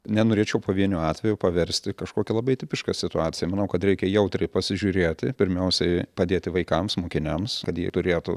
nenorėčiau pavienio atvejo paversti kažkokia labai tipiška situacija manau kad reikia jautriai pasižiūrėti pirmiausiai padėti vaikams mokiniams kad jie turėtų